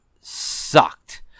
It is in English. sucked